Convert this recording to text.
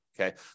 Okay